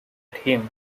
him